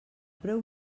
preu